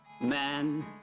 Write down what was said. man